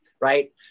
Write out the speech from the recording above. right